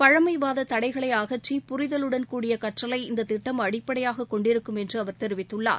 பழமைவாத தடைகளை அகற்றி புரிதலுடன்கூடிய கற்றலை இந்தத் திட்டம் அடிப்படையாகக் கொண்டிருக்கும் என்று அவர் தெரிவித்துள்ளார்